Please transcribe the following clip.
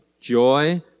joy